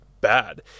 bad